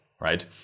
right